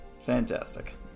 Fantastic